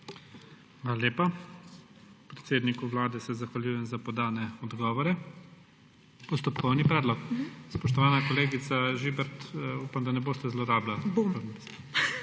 lepa. Predsedniku Vlade se zahvaljujem za podane odgovore. Postopkovni predlog? Spoštovana kolegica Žibert, upam, da ne boste zlorabili.